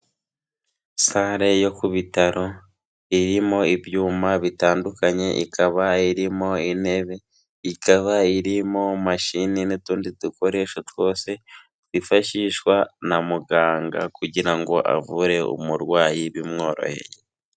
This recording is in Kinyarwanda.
Sale yo ku bitaro, irimo ibyuma bitandukanye, ikaba irimo intebe, ikaba irimo mashini n'utundi dukoresho twose twifashishwa na muganga kugira ngo avure umurwayi bimworoheye.